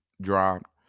dropped